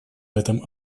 этом